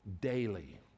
daily